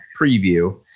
preview